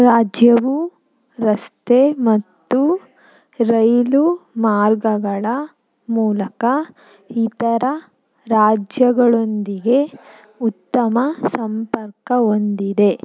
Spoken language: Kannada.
ರಾಜ್ಯವು ರಸ್ತೆ ಮತ್ತು ರೈಲು ಮಾರ್ಗಗಳ ಮೂಲಕ ಇತರ ರಾಜ್ಯಗಳೊಂದಿಗೆ ಉತ್ತಮ ಸಂಪರ್ಕ ಒಂದಿದೆ